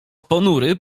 ponury